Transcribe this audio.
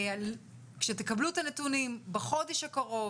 כשתקבלו את הנתונים בחודש הקרוב,